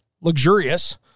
luxurious